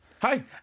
Hi